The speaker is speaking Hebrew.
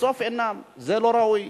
ובסוף אינם זה לא ראוי.